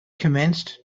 commenced